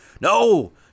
no